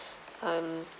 um